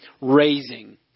raising